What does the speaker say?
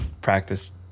practice